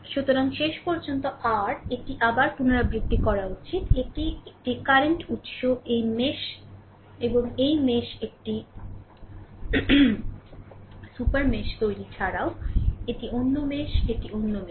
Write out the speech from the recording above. সুতরাং শেষ পর্যন্ত r এটি আবার পুনরাবৃত্তি করা উচিত এটি একটি কারেন্ট উৎস এই মেশ এবং এই মেশ একটি সুপার মেশ তৈরি এছাড়াও এটি অন্য মেশ এটি অন্য মেশ